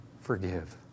forgive